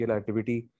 activity